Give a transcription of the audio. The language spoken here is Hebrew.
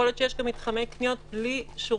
יכול להיות שיש מתחמי קניות בלי שירותים,